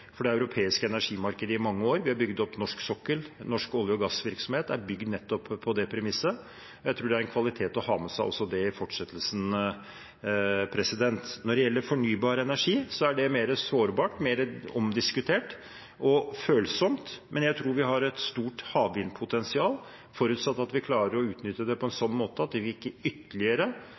for det europeiske energimarkedet i mange år. Norsk olje- og gassvirksomhet er bygget nettopp på det premisset. Jeg tror det er en kvalitet å ha med seg i fortsettelsen også. Når det gjelder fornybar energi, er det mer sårbart, mer omdiskutert og følsomt, men jeg tror vi har et stort havvindpotensial, forutsatt at vi klarer å utnytte det på en slik måte at vi ikke eksponerer det norske kraftsystemet for ytterligere